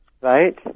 Right